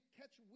catch